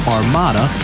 Armada